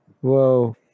Whoa